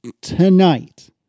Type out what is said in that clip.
Tonight